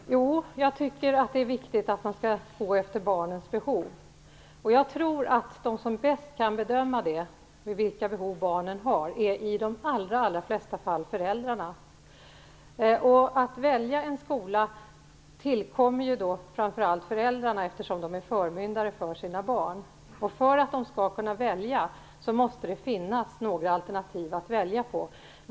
Herr talman! Jo, jag tycker att det är viktigt att man skall utgå från barnens behov. Jag tror att de som bäst kan bedöma barnens behov i de allra flesta fall är föräldrarna. Att välja en skola ankommer på föräldrarna, eftersom de är förmyndare för sina barn. För att de skall kunna välja, måste det finnas några alternativ att välja på.